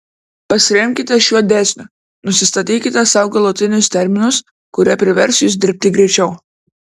pasiremkite šiuo dėsniu nusistatykite sau galutinius terminus kurie privers jus dirbti greičiau